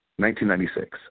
1996